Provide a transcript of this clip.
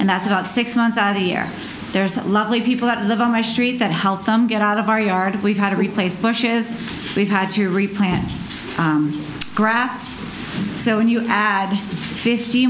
and that's about six months out of the year there's a lovely people that live on my street that helped them get out of our yard we've had to replace bushes we've had to replant grass so when you had fifty